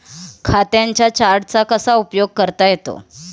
खात्यांच्या चार्टचा कसा उपयोग करता येतो?